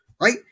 Right